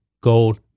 gold